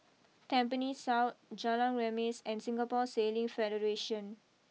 Tampines South Jalan Remis and Singapore Sailing Federation